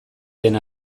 den